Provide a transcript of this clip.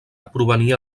provenia